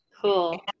Cool